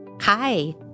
Hi